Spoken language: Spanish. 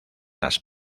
las